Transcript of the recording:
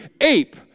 ape